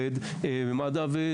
ירד במד"א.